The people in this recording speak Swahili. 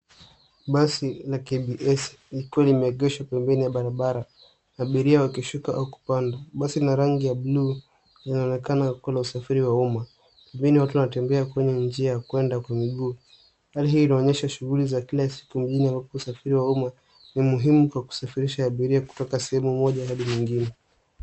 Basi la KBS likiwa limeegeshwa pembeni ya barabara abiria wakishuka au kupanda. Basi ni la rangi ya bluu inaonekana kuwa la usafiri wa umma. Vile watu wanatembea kwenye njia ya kuenda kwa miguu. Hali hii inaonyesha shughuli za kila siku mjini huku wasafiri wa umma ni muhimu kusafirisha abiria kutoka sehemu moja hadi nyingine.